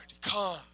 come